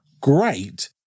Great